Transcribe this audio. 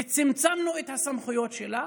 וצמצמנו את הסמכויות שלה,